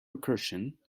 recursion